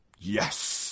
Yes